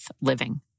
Living